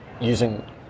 using